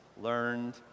learned